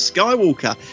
Skywalker